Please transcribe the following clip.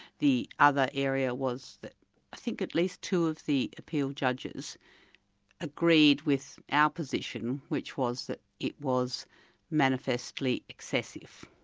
the other area was that i think at least two of the appeal judges agreed with our position which was that it was manifestly excessive.